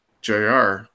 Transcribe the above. jr